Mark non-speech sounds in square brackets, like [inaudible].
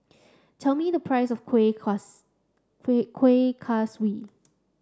tell me the price of Kueh [unintelligible] Kueh Kaswi